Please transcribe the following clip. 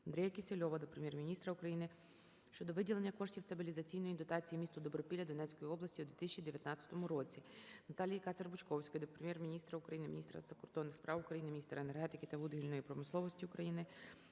АндріяКісельова до Прем'єр-міністра України щодо виділення коштів стабілізаційної дотації місту Добропілля Донецької області у 2019 році. НаталіїКацер-Бучковської до Прем'єр-міністра України, Міністра закордонних справ України, Міністра енергетики та вугільної промисловості України